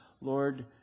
Lord